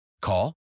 Call